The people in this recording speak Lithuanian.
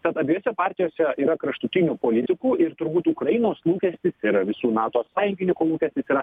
tad abiejose partijose yra kraštutinių politikų ir turbūt ukrainos lūkestis tai yra visų nato sąjungininkų lūkestis yra